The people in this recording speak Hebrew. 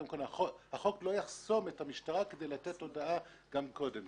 החוק לא יחסום את המשטרה מלתת הודעה גם קודם.